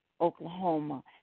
Oklahoma